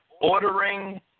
ordering